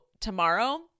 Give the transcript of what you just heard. tomorrow